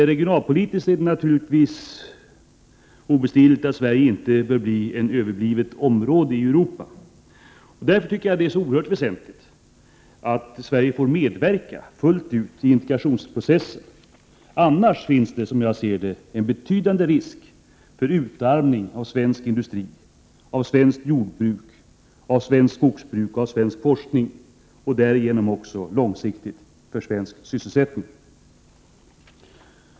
Regionalpolitiskt är det naturligtvis obestridligt att Sverige inte bör bli ett överblivet område i Europa. Därför är det oerhört väsentligt att Sverige får medverka fullt ut i integrationsprocessen. I annat fall finns det en betydande risk för utarmning av svensk industri, svenskt jordbruk, svenskt skogsbruk och svensk forskning, och att det därigenom också långsiktigt blir svåra konsekvenser för sysselsättningen i Sverige.